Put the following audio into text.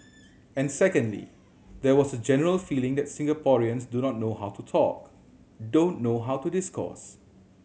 and secondly there was a general feeling that Singaporeans do not know how to talk don't know how to discourse